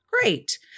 Great